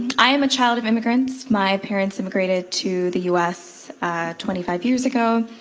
i'm a child of immigrants. my parents immigrant ah to the us twenty five years ago.